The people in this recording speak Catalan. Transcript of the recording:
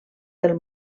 del